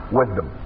wisdom